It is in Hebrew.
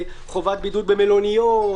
חובת בידוד במלוניות,